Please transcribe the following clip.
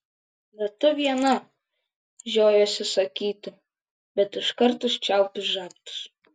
ne tu viena žiojuosi sakyti bet iškart užčiaupiu žabtus